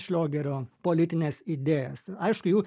šliogerio politines idėjas aišku jų